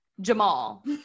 Jamal